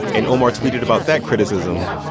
and omar tweeted about that criticism,